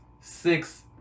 six